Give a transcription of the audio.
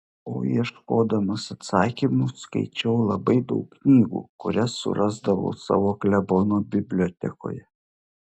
o ieškodamas atsakymų skaičiau labai daug knygų kurias surasdavau savo klebono bibliotekoje